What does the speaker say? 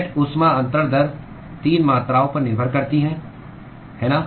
net ऊष्मा अन्तरण दर 3 मात्राओं पर निर्भर करती है है ना